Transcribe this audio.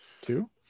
Two